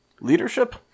leadership